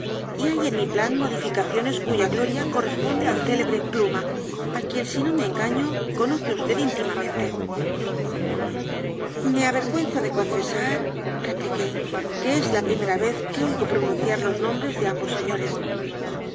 y hay en mi plan modificaciones cuya gloria corresponde al célebre pluma á quien si no me engaño conoce vd íntimamente me avergüenzo de confesar repliqué que es la primera vez que oigo pronunciar los nombres de ambos señores